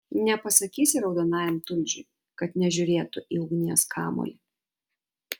nepasakysi raudonajam tulžiui kad nežiūrėtų į ugnies kamuolį